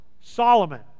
Solomon